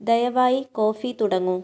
ദയവായി കോഫി തുടങ്ങൂ